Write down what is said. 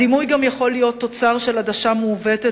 הדימוי יכול להיות גם תוצר של עדשה מעוותת